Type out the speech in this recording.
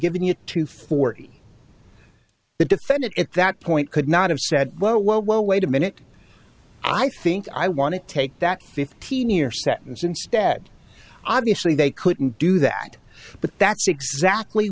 giving you to forty the defendant at that point could not have said whoa whoa whoa wait a minute i think i want to take that fifteen year sentence instead obviously they couldn't do that but that's exactly